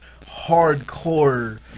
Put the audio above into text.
hardcore